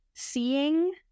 Seeing